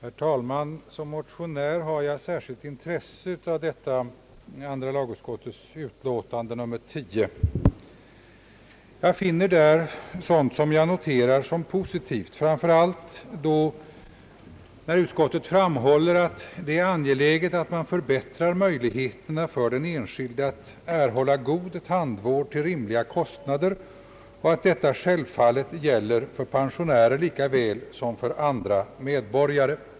Herr talman! Som motionär har jag ett särskilt intresse av detta andra lagutskottets utlåtande nr 10. Jag finner där sådant som kan noteras såsom positivt, framför allt då utskottets förklaring att det är angeläget att man förbättrar den enskildes möjligheter att erhålla god tandvård till rimliga kostna der och att detta självfallet gäller för pensionärer likaväl som för andra medborgare.